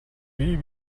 бие